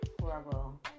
horrible